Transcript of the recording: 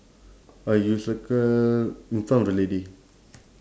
uh you circle in front of the lady